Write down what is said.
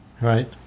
Right